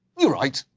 you're right,